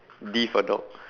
D for dog